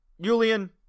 Julian